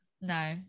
No